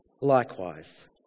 likewise